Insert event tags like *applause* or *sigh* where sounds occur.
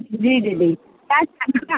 जी दीदी *unintelligible*